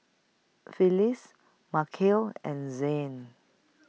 Phyllis Markel and Zane